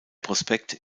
prospekt